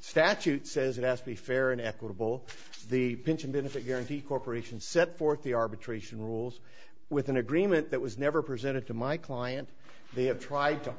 statute says it has to be fair and equitable the pension benefit guaranty corporation set forth the arbitration rules with an agreement that was never presented to my client they have tried to